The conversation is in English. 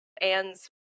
Anne's